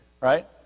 Right